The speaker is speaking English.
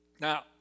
Now